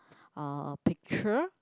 uh a picture